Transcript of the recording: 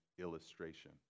illustration